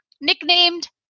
nicknamed